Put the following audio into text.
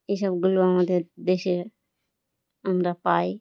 এইসবগুলো আমাদের দেশে আমরা পাই